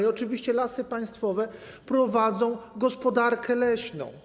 I oczywiście Lasy Państwowe prowadzą gospodarkę leśną.